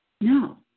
No